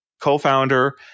co-founder